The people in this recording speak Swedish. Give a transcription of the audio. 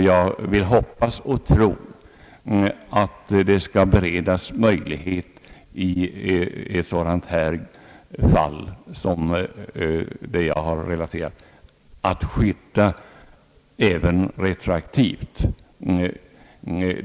Jag vill hoppas och tro att det i ett sådant fall som jag här har relaterat skall beredas möjlighet till retroaktiva ändringar.